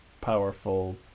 powerful